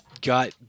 got